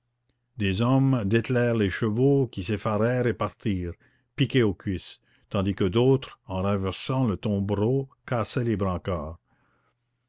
des hommes dételèrent les chevaux qui s'effarèrent et partirent piqués aux cuisses tandis que d'autres en renversant le tombereau